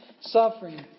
suffering